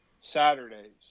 Saturdays